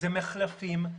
אלה מחלפים.